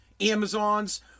Amazon's